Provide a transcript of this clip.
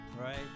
right